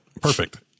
Perfect